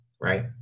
right